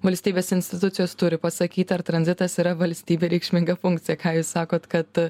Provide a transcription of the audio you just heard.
valstybės institucijos turi pasakyt ar tranzitas yra valstybei reikšminga funkcija ką jūs sakot kad